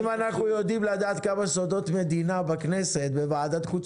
אם אנחנו יודעים כמה סודות מדינה בכנסת בוועדת חוץ